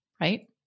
right